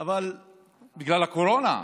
בגלל הקורונה.